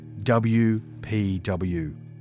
WPW